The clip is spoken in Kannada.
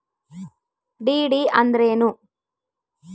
ಡಿ.ಡಿ ಅಂದ್ರೇನು?